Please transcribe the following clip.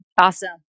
Awesome